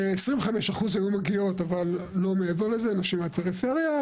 25% היו מגיעות, אבל לא מעבר לזה, נשים מהפריפריה.